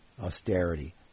austerity